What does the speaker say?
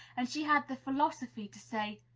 and she had the philosophy to say,